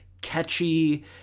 catchy